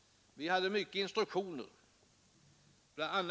Vi hade många instruktioner. Bl.